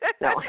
No